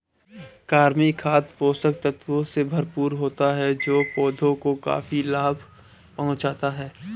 कृमि खाद पोषक तत्वों से भरपूर होता है जो पौधों को काफी लाभ पहुँचाता है